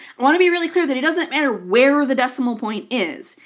i want to be really clear that it doesn't matter where the decimal point is.